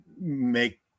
make